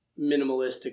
minimalistic